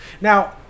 Now